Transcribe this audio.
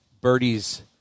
birdies